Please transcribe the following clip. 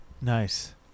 nice